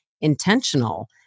intentional